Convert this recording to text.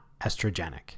estrogenic